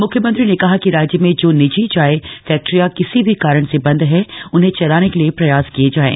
मुख्यमंत्री ने कहा कि राज्य में जो निजी चाय फैक्ट्रियां किसी भी कारण से बंद हैं उन्हें चलाने के लिए प्रयास किए जाएं